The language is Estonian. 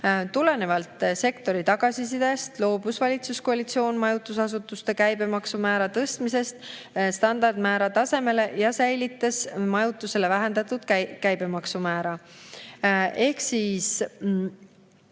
Tulenevalt sektori tagasisidest loobus valitsuskoalitsioon majutusasutuste käibemaksu määra tõstmisest standardmäära tasemele ja säilitas majutusele vähendatud käibemaksu määra. Ehk siis